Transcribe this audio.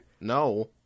No